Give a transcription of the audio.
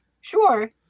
Sure